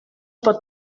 pot